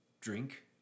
drink